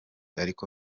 ariko